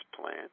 plan